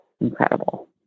incredible